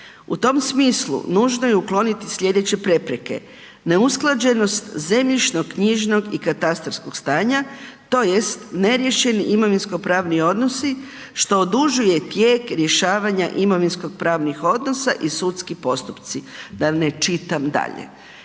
U tom smislu nužno je ukloniti sljedeće prepreke, neusklađenost zemljišno-knjižnog i katastarskog stanja, tj. neriješeni imovinsko pravni odnosi što odužuje tijek rješavanja imovinsko pravnih odnosa i sudski postupci, da ne čitam dalje.